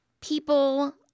people